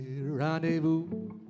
rendezvous